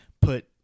put